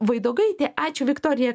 vaidogaitė ačiū viktorija